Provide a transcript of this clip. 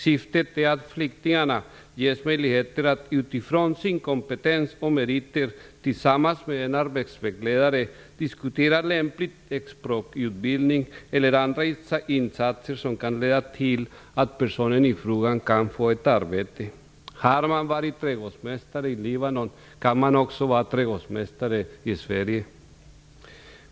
Syftet är att flyktingarna ges möjlighet att utifrån sin kompetens och sina meriter tillsammans med en arbetsvägledare diskutera lämplig språkutbildning eller andra insatser som kan leda till att personen i fråga kan få ett arbete. Har man varit trädgårdsmästare i Libanon kan man också vara trädgårdsmästare i Sverige.